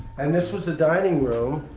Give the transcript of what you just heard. and this was the dining room,